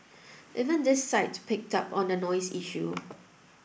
even this site picked up on the noise issue